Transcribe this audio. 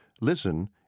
Listen